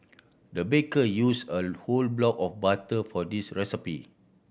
the baker use a whole block of butter for this recipe